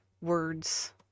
words